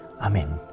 Amen